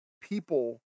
people